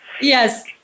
Yes